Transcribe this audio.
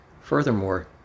Furthermore